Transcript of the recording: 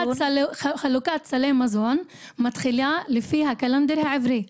חלוקת סלי מזון מתחילה לפי לוח השנה העברי,